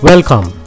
Welcome